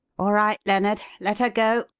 all right, lennard. let her go!